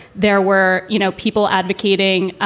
there were, you know, people advocating,